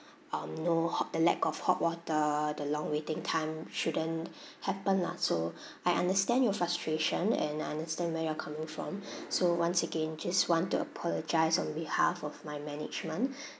um no ho~ uh lack of hot water the long waiting time shouldn't happen lah so I understand your frustration and I understand where you're coming from so once again just want to apologise on behalf of my management